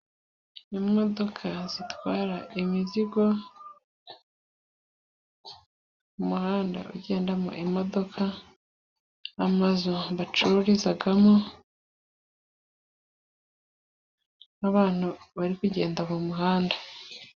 Imodoka zitwara imizigo, umuhanda ugendamo imodoka amazu bacururizamo, n'abantu bari kugenda mumuhanda.